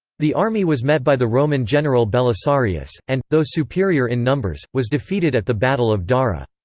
the army was met by the roman general belisarius, and, though superior in numbers, was defeated at the battle of dara.